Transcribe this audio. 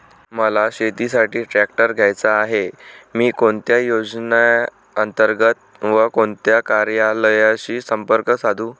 मला शेतीसाठी ट्रॅक्टर घ्यायचा आहे, मी कोणत्या योजने अंतर्गत व कोणत्या कार्यालयाशी संपर्क साधू?